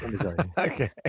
Okay